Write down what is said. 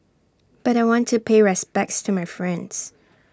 but I want to pay respects to my friends